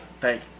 thank